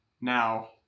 now